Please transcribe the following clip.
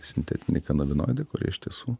sintetiniai kanabinoidai kurie iš tiesų